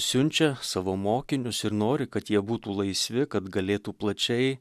siunčia savo mokinius ir nori kad jie būtų laisvi kad galėtų plačiai